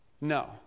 No